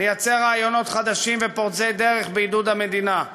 לייצא רעיונות חדשים ופורצי דרך בעידוד המדינה?